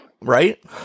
Right